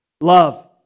love